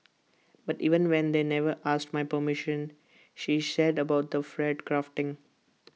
but even then they never asked my permission she said about the fat grafting